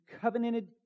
covenanted